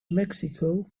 mexico